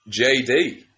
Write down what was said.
JD